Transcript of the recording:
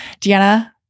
Deanna